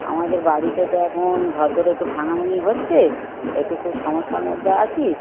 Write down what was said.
আমাদের বাড়িতে তো এখন ঘরদোর একটু ভাঙাভাঙি হচ্ছে একটু খুব সমস্যার মধ্যে আছি